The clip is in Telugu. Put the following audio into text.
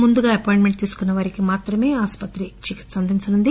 ముందుగా అపాయింట్ మెంట్ తీసుకున్న వారికి మాత్రమే ఆసుపత్రి చికిత్ప అందిస్తుంది